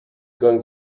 going